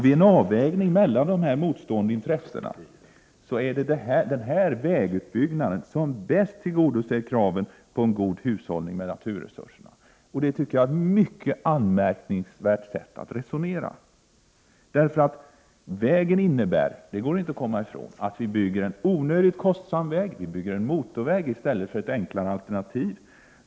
Vid en avvägning mellan de motstående intressena har regeringen funnit att vägen med den sträckning och utformning den nu får, bäst tillgodoser kraven på en god hushållning med naturresurserna.” Det tycker jag är ett mycket anmärkningsvärt sätt att resonera. Det går nämligen inte att komma ifrån att vi bygger en onödigt kostsam väg, en motorväg i stället för ett enklare alternativ.